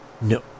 no